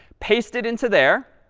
paste it into there,